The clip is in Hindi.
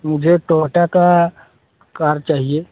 मुझे टोयोटा की कार चाहिए